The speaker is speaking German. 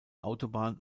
autobahn